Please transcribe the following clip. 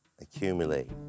accumulate